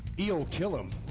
eel kill em.